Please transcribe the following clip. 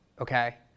okay